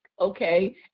okay